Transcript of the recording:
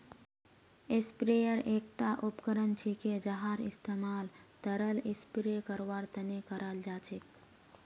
sprayer एकता उपकरण छिके जहार इस्तमाल तरल स्प्रे करवार तने कराल जा छेक